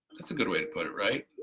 that's a good way to put it, right?